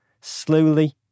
slowly